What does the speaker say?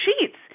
sheets